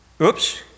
oops